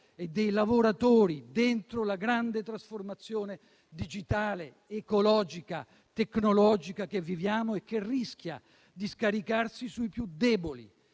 e dei lavoratori dentro la grande trasformazione digitale, ecologica, tecnologica che viviamo e che rischia di scaricarsi sui più deboli.